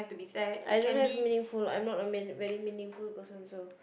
I don't have a I'm not a meaningful person so